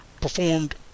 performed